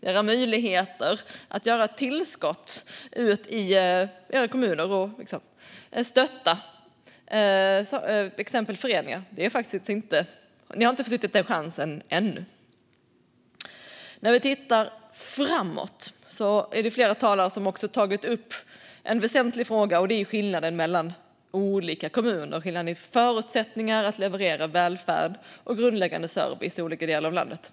Ni har möjlighet att göra tillskott i kommunen och stötta till exempel föreningar. Ni har inte försuttit den chansen ännu. När vi tittar framåt är det flera talare som har tagit upp en väsentlig fråga. Det är skillnaden mellan olika kommuner i förutsättningar att leverera välfärd och grundläggande service i olika delar av landet.